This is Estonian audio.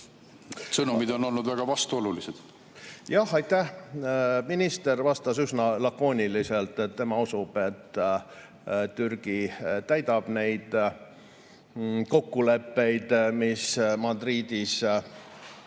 Sõnumid on olnud väga vastuolulised. Aitäh! Jah, minister vastas üsna lakooniliselt, et tema usub, et Türgi täidab neid kokkuleppeid, mis Mandris